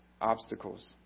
obstacles